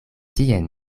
tien